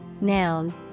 Noun